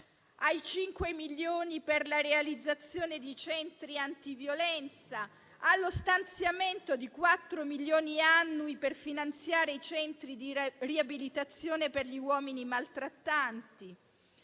cinque milioni per la realizzazione di centri antiviolenza, allo stanziamento di quattro milioni annui per finanziare i centri di riabilitazione per gli uomini maltrattanti.